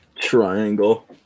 triangle